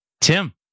Tim